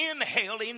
inhaling